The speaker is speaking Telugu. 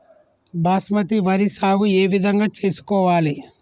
బాస్మతి వరి సాగు ఏ విధంగా చేసుకోవాలి?